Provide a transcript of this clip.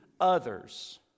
others